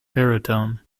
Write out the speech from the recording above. baritone